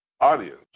audience